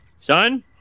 Son